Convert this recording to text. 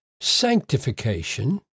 sanctification